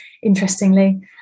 interestingly